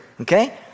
Okay